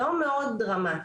לא מאוד דרמטית,